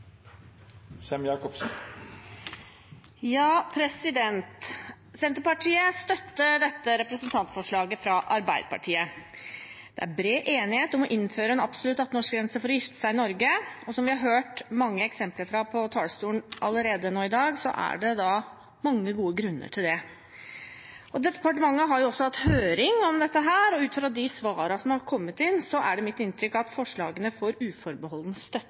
Senterpartiet støtter dette representantforslaget fra Arbeiderpartiet. Det er bred enighet om å innføre en absolutt 18-årsgrense for å gifte seg i Norge. Og som vi har hørt mange eksempler på fra talerstolen allerede i dag, er det mange gode grunner til det. Departementet har også hatt en høring om dette og ut fra de svarene som er kommet inn, er det mitt inntrykk at forslagene får uforbeholden støtte